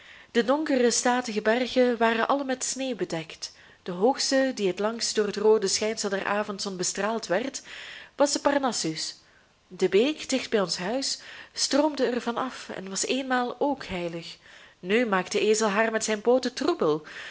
de donkere statige bergen waren alle met sneeuw bedekt de hoogste die het langst door het roode schijnsel der avondzon bestraald werd was de parnassus de beek dicht bij ons huis stroomde er van af en was eenmaal ook heilig nu maakt de ezel haar met zijn pooten troebel